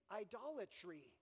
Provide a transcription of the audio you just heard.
idolatry